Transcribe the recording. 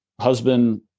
husband